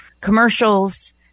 commercials